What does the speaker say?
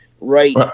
right